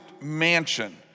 mansion